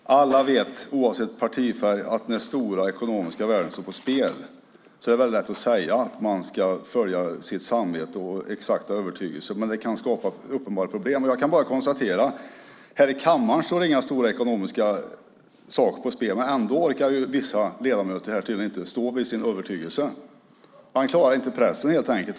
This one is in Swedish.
Herr talman! Alla vet, oavsett partifärg, att när stora ekonomiska värden står på spel är det lätt att säga att man ska följa sitt samvete och sin exakta övertygelse, men det kan skapa uppenbara problem. Här i kammaren står inga stora ekonomiska värden på spel, men ändå är det vissa ledamöter som tydligen inte orkar stå vid sin övertygelse. Man klarar inte pressen, helt enkelt.